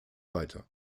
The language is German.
weiter